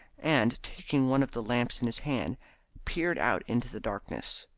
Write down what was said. and taking one of the lamps in his hand peered out into the darkness.